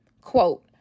Quote